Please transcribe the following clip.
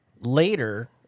later